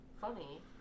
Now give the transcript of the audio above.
funny